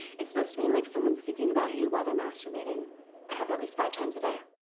it's supposed to mean, like, someone's thinking about you while they're masturbating. i have it at least five times a day.